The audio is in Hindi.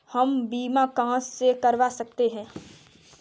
हम बीमा कहां से करवा सकते हैं?